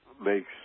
makes